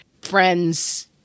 friends